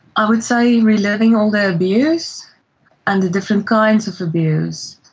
i would say reliving all the abuse and the different kinds of abuse,